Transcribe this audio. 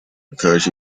because